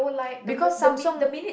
because Samsung